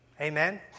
Amen